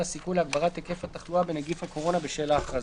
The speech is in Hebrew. הסיכון להגברת היקף התחלואה בנגיף הקורונה בשל ההכרזה.